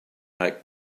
make